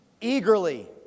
eagerly